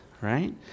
right